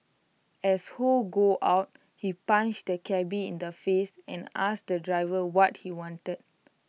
as ho got out he punched the cabby in the face and asked the driver what he wanted